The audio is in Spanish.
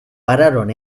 pararon